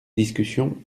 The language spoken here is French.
discussion